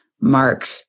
Mark